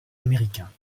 américains